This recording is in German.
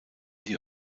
die